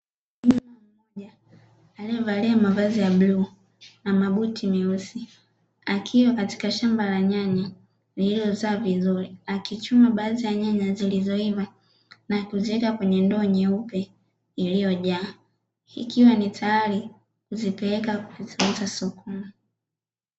Mkulima mmoja ailyevalia mavazi ya bluu na mabuti meusi, akiwa katika shamba la nyanya lililozaa vizuri, akichuma baadhi ya nyanya zilizoiva na kuziweka katika ndoo nyeupe iliyojaa, ikiwa tayari kuzipeleka kuziuza sokoni.